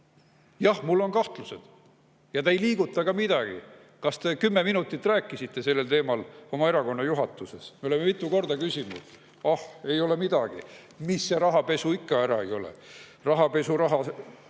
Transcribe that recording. Jah, mul on kahtlused, ja te ei liiguta ka midagi. Kas te kümme minutit rääkisite sellel teemal oma erakonna juhatuses? Me oleme mitu korda küsinud. Ah, ei ole midagi, mis see rahapesu ikka ära ei ole! Rahapesuraha